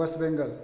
वेस बेंगल